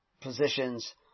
positions